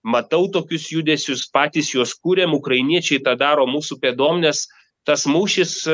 matau tokius judesius patys juos kūrėm ukrainiečiai tą daro mūsų pėdom nes tas mūšis